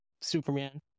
Superman